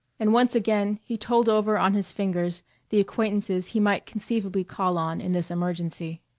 and once again he told over on his fingers the acquaintances he might conceivably call on in this emergency.